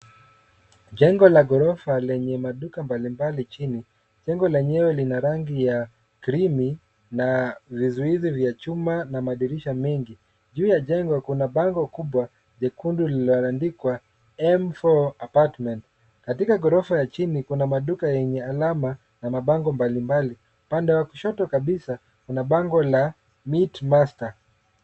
Jengo la ghorofa lenye maduka mbalimbali chini. Jengo lenyewe lina rangi ya krimi na vizuizi vya chuma, na madirisha mengi. Juu ya jengo kuna bango kubwa jekundu lililoandikwa M4 Apartments. Katika ghorofa ya chini, kuna maduka yenye alama, na mabango mbalimbali. Upande wa kushoto kabisa. kuna bango la Meat Master.